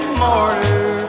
mortar